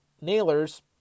nailers